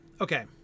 okay